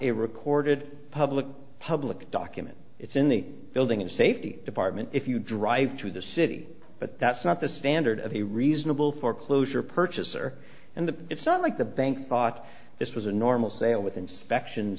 a recorded public public document it's in the building and safety department if you drive through the city but that's not the standard of a reasonable foreclosure purchaser and the it's not like the bank thought this was a normal sale with inspections